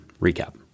Recap